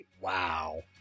Wow